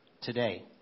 today